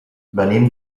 venim